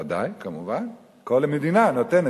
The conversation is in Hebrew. ודאי, כמובן, כל מדינה נותנת